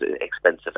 expensive